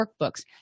workbooks